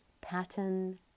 Pattern